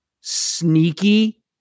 sneaky